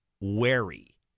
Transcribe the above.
wary